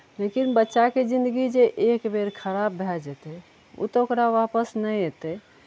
लेकिन बच्चाके जिन्दगी जे एक बेर खराब भऽ जेतै ओ तऽ ओकरा वापस नहि अयतै